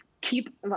keep